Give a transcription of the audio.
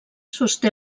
sosté